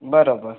બરાબર